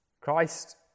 Christ